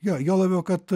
jo juo labiau kad